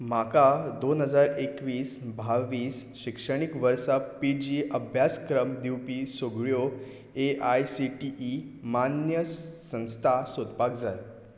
म्हाका दोन हजार एकवीस बावीस शिक्षणीक वर्सा पी जी अभ्यासक्रम दिवपी सगळ्यो A I C T E मान्य संस्था सोदपाक जाय